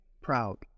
proud